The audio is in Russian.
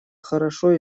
хорошо